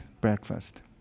breakfast